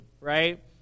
right